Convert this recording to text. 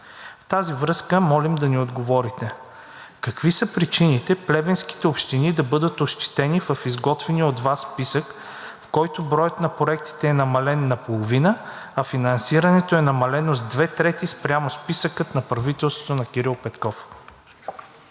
тази връзка молим да ни отговорите: какви са причините плевенските общини да бъдат ощетени в изготвения от Вас списък, в който броят на проектите е намален наполовина, а финансирането е намалено с две трети спрямо списъка на правителството на Кирил Петков?